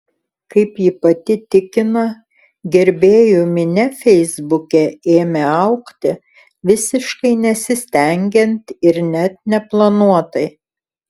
kaip ji pati tikina gerbėjų minia feisbuke ėmė augti visiškai nesistengiant ir net neplanuotai